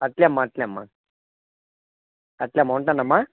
అట్లేమ్మ అట్లేమ్మ అట్లేమ్మ ఉంటానమ్మా